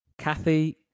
Kathy